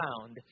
found